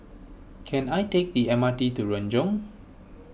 can I take the M R T to Renjong